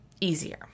easier